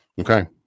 Okay